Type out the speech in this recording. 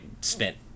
spent